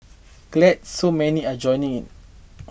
glad so many are joining in